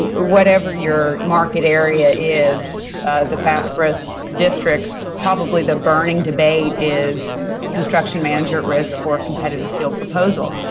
ah whatever your market area is the fast growth districts probably the burning debate is construction manager at risk or competitive sealed proposal.